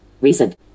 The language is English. recent